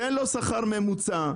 תן לו שכר ממוצע,